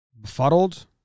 Befuddled